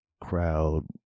crowd